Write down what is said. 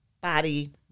body